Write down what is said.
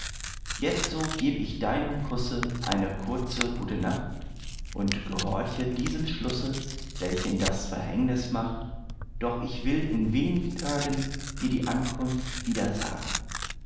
jetzo geb ich deinem kusse eine kurze gute nacht und gehorche diesem schlusse welchen das verhängnis macht doch will ich in wenig tagen dir die ankunft wieder sagen